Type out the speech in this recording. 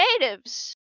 natives